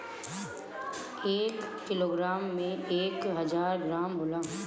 एक किलोग्राम में एक हजार ग्राम होला